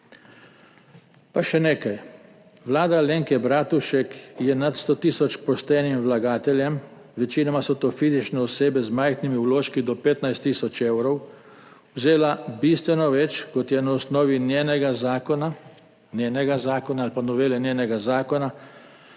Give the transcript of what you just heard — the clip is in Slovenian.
Pa še nekaj, vlada Alenke Bratušek je nad 100 tisoč poštenim vlagateljem, večinoma so to fizične osebe z majhnimi vložki do 15 tisoč evrov, vzela bistveno več, kot je na osnovi njenega zakona ali pa novele njenega zakona